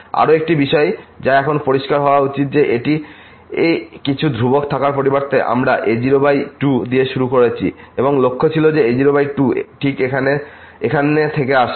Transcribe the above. আরও একটি বিষয় যা এখন পরিষ্কার হওয়া উচিত যে এটি কিছু ধ্রুবক থাকার পরিবর্তে আমরা a02 দিয়ে শুরু করেছি এবং লক্ষ্য ছিল এটি a02 ঠিক এখানে থেকে আসা